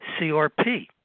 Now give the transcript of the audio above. CRP